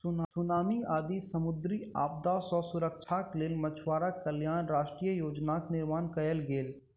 tsunami आदि समुद्री आपदा सॅ सुरक्षाक लेल मछुआरा कल्याण राष्ट्रीय योजनाक निर्माण कयल गेल